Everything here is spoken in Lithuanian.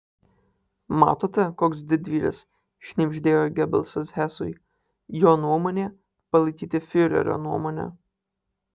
matote koks didvyris šnibždėjo gebelsas hesui jo nuomonė palaikyti fiurerio nuomonę